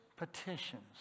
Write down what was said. Petitions